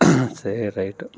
சரி ரைட்டு